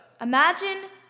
imagine